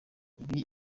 ibi